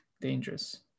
dangerous